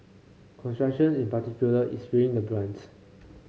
construction in particular is feeling the brunt